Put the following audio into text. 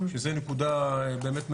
שזו נקודה באמת חשובה,